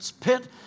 pit